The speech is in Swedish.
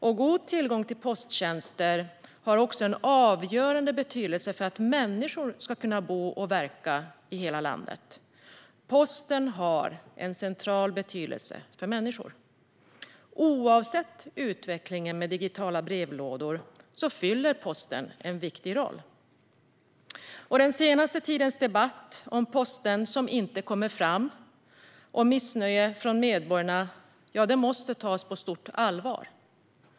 God tillgång till posttjänster har också avgörande betydelse för att människor ska kunna bo och verka i hela landet. Posten har en central betydelse för människor. Oavsett utvecklingen med digitala brevlådor fyller posten en viktig roll. Den senaste tidens debatt om post som inte kommer fram och missnöje från medborgarna måste tas på stort allvar.